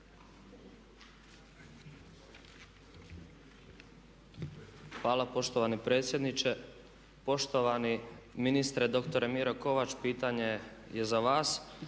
Hvala poštovani predsjedniče. Poštovani ministre, doktore Miro Kovač, pitanje je za vas.